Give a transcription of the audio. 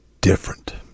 different